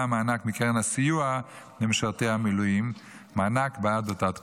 מענק מקרן הסיוע למשרתי המילואים בעד אותה תקופה.